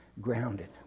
Grounded